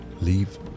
leave